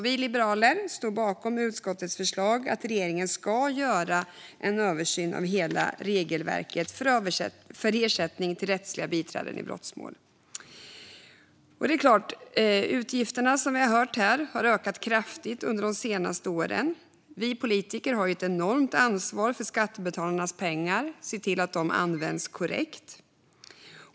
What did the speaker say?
Vi liberaler står bakom utskottets förslag att regeringen ska göra en översyn av hela regelverket för ersättning till rättsliga biträden i brottmål. Riksrevisionens rapport om ersättning till rättsliga biträden i brottmål Utgifterna har, som vi har hört, ökat kraftigt under de senaste åren. Vi politiker har ett enormt ansvar för skattebetalarnas pengar och för att se till att de används korrekt.